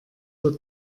für